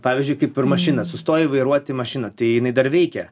pavyzdžiui kaip ir mašina sustoja vairuoti mašiną tai jinai dar veikia